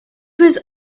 was